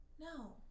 no